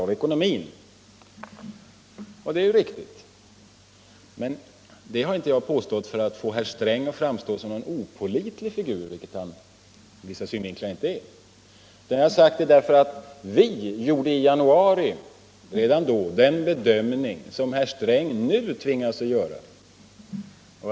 Men jag gjorde inte mitt påstående för att få herr Sträng att framstå som en opålitlig figur, vilket han ur vissa synvinklar inte är, utan därför att vi moderater redan i januari gjorde den bedömning som herr Sträng nu tvingas göra.